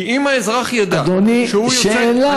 כי אם האזרח ידע, אדוני, שאלה.